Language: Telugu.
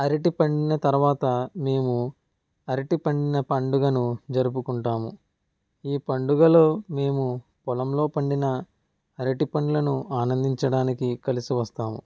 అరటి పండిన తర్వాత మేము అరటి పండిన పండుగను జరుపుకుంటాము ఈ పండుగలో మేము పొలంలో పండిన అరటి పండ్లను ఆనందించడానికి కలిసి వస్తాము